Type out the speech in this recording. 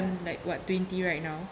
like what twenty right now